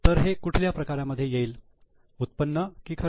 तर हे कुठल्या प्रकारामध्ये येईल उत्पन्न की खर्च